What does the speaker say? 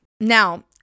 Now